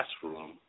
classroom